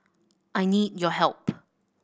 I need your help